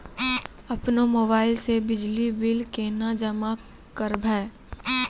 अपनो मोबाइल से बिजली बिल केना जमा करभै?